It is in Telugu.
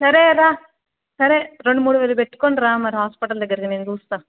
సరే రా సరే రెండు మూడు వేలు పెట్టుకుని రా మరి హాస్పటల్ దగ్గరికి నేను చూస్తాను